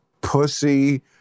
pussy